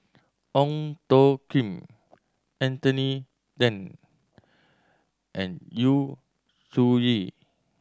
Ong Tjoe Kim Anthony Then and Yu Zhuye